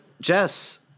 Jess